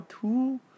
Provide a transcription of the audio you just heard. two